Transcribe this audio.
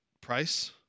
Price